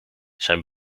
zijn